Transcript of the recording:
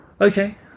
Okay